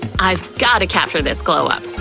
i've gotta capture this glow-up!